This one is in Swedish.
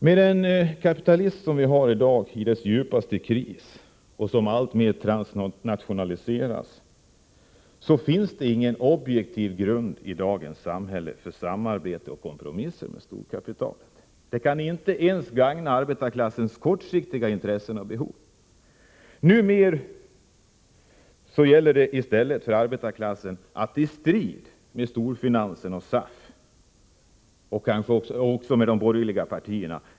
Med dagens kapitalism, som är i sin djupaste kris och som alltmer transnationaliseras, finns det ingen objektiv grund i dagens samhälle för samarbete och kompromisser med storkapitalet. Ett sådant samarbete kan inte ens gagna arbetarklassens kortsiktiga intressen och behov. Numera gäller det för arbetarklassen att vinna framgångar i strid med storfinansen, SAF och de borgerliga partierna.